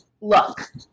look